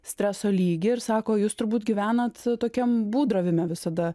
streso lygį ir sako jūs turbūt gyvenat tokiam būdravime visada